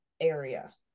area